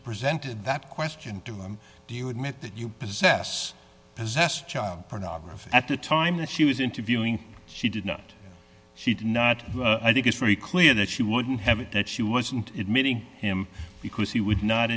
presented that question to him do you admit that you possess possess child pornography at the time that she was interviewing she did not she did not i think it's very clear that she wouldn't have it that she wasn't admitting him because he would not